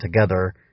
together